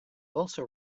also